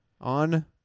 On